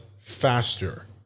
faster